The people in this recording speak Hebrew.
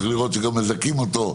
צריך לראות שגם מזכים אותו.